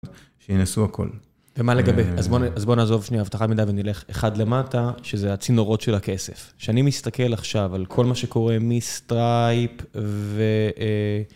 שינסו הכל. ומה לגבי, אז בוא נעזוב שנייה ונלך אחד למטה, שזה הצינורות של הכסף. שאני מסתכל עכשיו על כל מה שקורה מסטרייפ, ו...